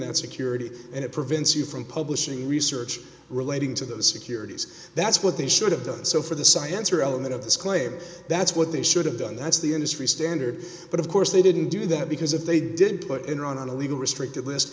that security and it prevents you from publishing research relating to the securities that that's what they should have done so for the science or element of this claim that's what they should have done that's the industry standard but of course they didn't do that because if they didn't put iran on a legal restricted list